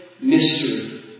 mystery